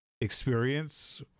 experience